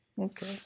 Okay